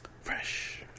Fresh